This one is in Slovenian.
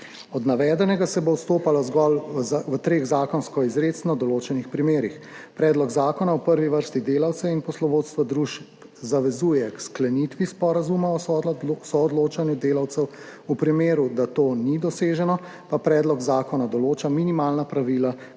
Od navedenega se bo odstopalo zgolj v treh zakonsko izrecno določenih primerih. Predlog zakona v prvi vrsti delavce in poslovodstva družb zavezuje k sklenitvi sporazuma o soodločanju delavcev, v primeru, da to ni doseženo, pa predlog zakona določa minimalna pravila